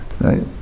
right